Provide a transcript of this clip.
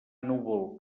núvol